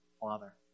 Father